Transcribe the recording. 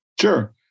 Sure